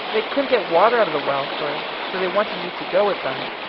they couldn't get water out of the well for it. so they wanted me to go with them.